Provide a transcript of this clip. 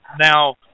Now